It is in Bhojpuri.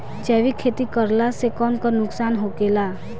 जैविक खेती करला से कौन कौन नुकसान होखेला?